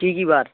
কী কী বার